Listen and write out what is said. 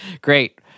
Great